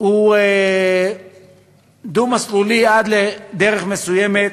הוא דו-מסלולי עד לדרך מסוימת,